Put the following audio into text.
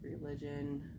religion